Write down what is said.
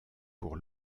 pour